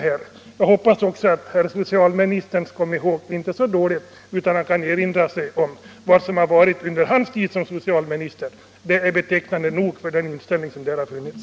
Jag hoppas att herr socialministerns komihåg inte är så dåligt att han inte kan erinra sig vad som förevarit under hans tid som socialminister. Det är betecknande nog för den inställning som där har funnits.